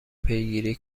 پیگیری